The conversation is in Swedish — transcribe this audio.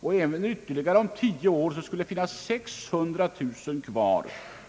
Om ytterligare tio år skulle det finnas 600 000 kvar.